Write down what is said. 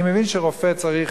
אני מבין שרופא צריך,